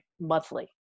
monthly